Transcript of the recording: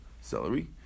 celery